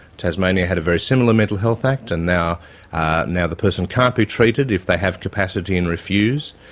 tasmania had a very similar mental health act, and now ah now the person can't be treated if they have capacity and refuse,